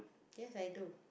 yes I do